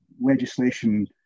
legislation